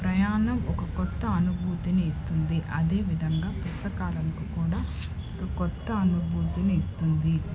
ప్రయాణం ఒక కొత్త అనుభూతిని ఇస్తుంది అదేవిధంగా పుస్తకాలను కూడా ఒక కొత్త అనుభూతిని ఇస్తుంది